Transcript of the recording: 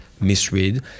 misread